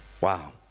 Wow